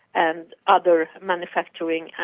and other manufacturing